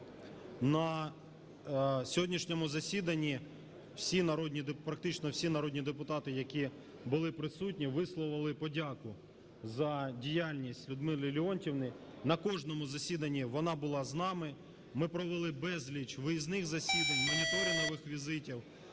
На сьогоднішньому засіданні практично всі народні депутати, які були присутні, висловили подяку за діяльність Людмилі Леонтіївні. На кожному засіданні вона була з нами. Ми провели безліч виїзних засідань, моніторингових візитів.